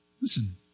Listen